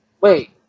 wait